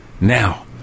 Now